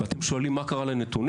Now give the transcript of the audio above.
ואתם שואלים מה קרה לנתונים?